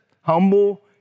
Humble